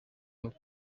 hop